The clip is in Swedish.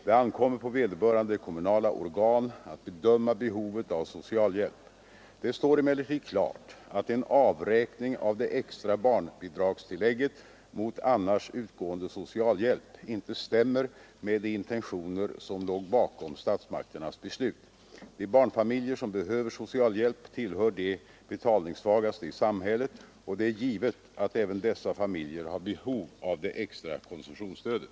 Det ankommer på vederbörande kommunala organ att bedöma behovet av socialhjälp. Det står emellertid klart att en avräkning av det extra barnbidragstillägget mot annars utgående socialhjälp inte stämmer med de intentioner som låg bakom statsmakternas beslut. De barnfamiljer som behöver socialhjälp tillhör de betalningssvagaste i samhället, och det är givet att även dessa familjer har behov av det extra konsumtionsstödet.